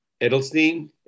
Edelstein